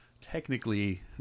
Technically